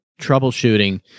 Troubleshooting